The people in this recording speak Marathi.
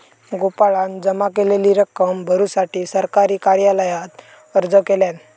गोपाळान जमा केलेली रक्कम भरुसाठी सरकारी कार्यालयात अर्ज केल्यान